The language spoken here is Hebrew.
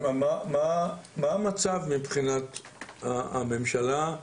מה המצב מבחינת הממשלה,